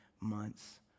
months